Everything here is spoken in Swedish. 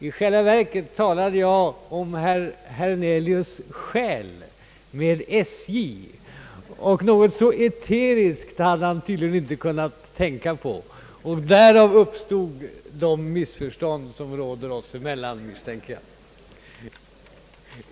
I själva verket talade jag alltså om herr Hernelius” själ , och något så eteriskt hade han tydligen inte kunnat tänka på. Därav uppstod det missförstånd som råder oss emellan.